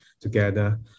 together